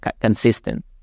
consistent